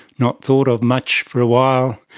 not thought of much for a while,